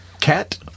Cat